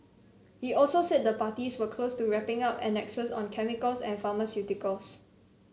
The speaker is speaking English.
he also said the parties were close to wrapping up annexes on chemicals and pharmaceuticals